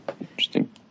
Interesting